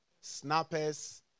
snappers